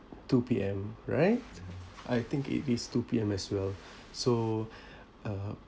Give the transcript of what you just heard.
two P_M right I think it is two P_M as well so uh